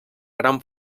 gran